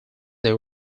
they